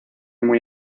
muy